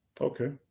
Okay